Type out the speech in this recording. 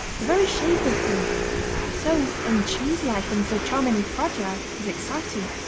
the very shape of brie so uncheese-like and so charmingly fragile is exciting.